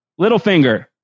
Littlefinger